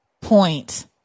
point